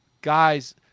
Guys